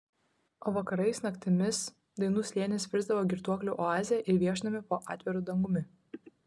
o vakarais naktimis dainų slėnis virsdavo girtuoklių oaze ir viešnamiu po atviru dangumi